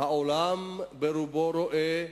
והעולם רובו רואה,